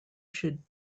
should